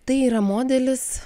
tai yra modelis